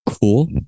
cool